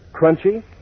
crunchy